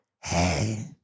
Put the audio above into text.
Hey